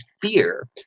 fear